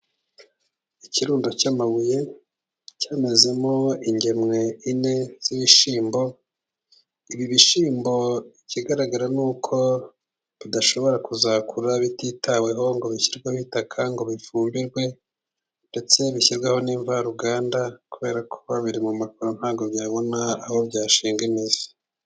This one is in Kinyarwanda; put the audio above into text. Ikirundo cy'amabuye，cyamezemo ingemwe enye z'ibishyimbo， ibi bishyimbo ikigaragara ni uko bidashobora kuzakura bititaweho， ngo bishyirweho itaka ngo bifumbirwe， ndetse bishyirwaho n'imvaruganda， kubera ko biri mu makoro ，ntabwo byabona aho byashinga imizi.